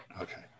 Okay